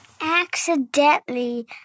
Accidentally